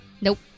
Nope